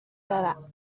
دارم